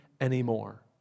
anymore